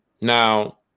Now